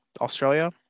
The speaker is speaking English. australia